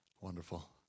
Wonderful